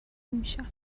میشم